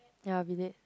ya I'll be late